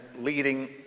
leading